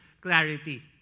clarity